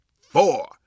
four